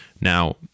Now